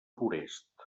forest